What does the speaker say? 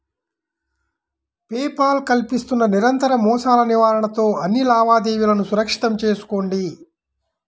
pay Paul కల్పిస్తున్న నిరంతర మోసాల నివారణతో అన్ని లావాదేవీలను సురక్షితం చేసుకోండి